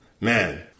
man